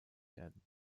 werden